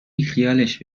بیخیالش